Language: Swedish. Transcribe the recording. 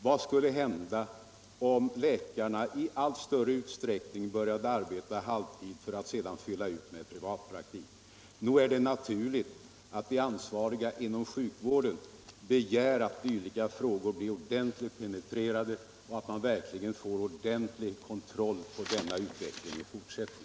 Vad skulle t.ex. hända om läkarna i allt större utsträckning började arbeta halvtid för att sedan fylla ut med privatpraktik? Nog är det naturligt att de ansvariga inom sjukvården begär att dylika frågor blir ordentligt penetrerade, och att man verkligen får en ordentlig kontroll på denna utveckling i fortsättningen.